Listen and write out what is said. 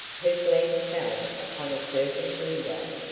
her glance fell upon certain window,